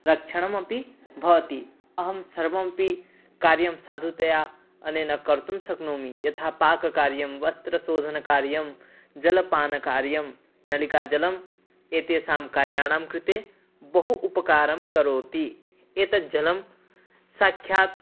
रक्षणमपि भवति अहं सर्वमपि कार्यं साधुतया अनेन कर्तुं शक्नोमि यथा पाककार्यं वस्त्रशोधनकार्यं जलपानकार्यं नलिकाजलम् एतेषां कार्याणां कृते बहु उपकारं करोति एतद् जलं साक्षात्